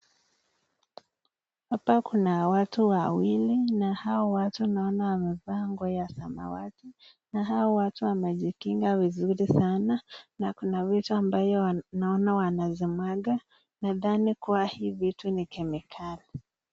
Watu wawili ambao wamevaa nguo ya samawati na wamejikinga vizuri sana na kuna vitu ambayo wanazimwaga na ndani ni kemikali.